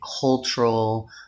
cultural